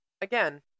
again